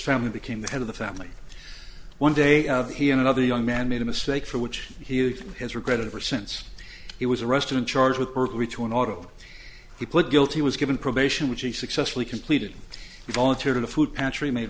family became the head of the family one day he and another young man made a mistake for which he has regretted ever since he was arrested and charged with burglary to an auto he pled guilty was given probation which he successfully completed volunteered a food pantry made